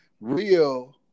real